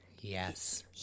Yes